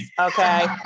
Okay